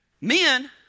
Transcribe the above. men